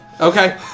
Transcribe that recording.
Okay